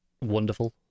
wonderful